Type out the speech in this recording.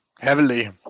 Heavily